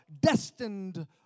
destined